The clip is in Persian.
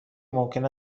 ممکن